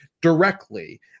directly